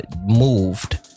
moved